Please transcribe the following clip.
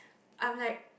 I'm like